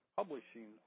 publishing